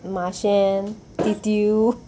माशेन तित्यू